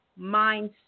mindset